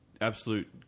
absolute